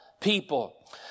people